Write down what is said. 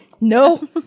No